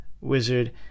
wizard